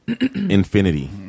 Infinity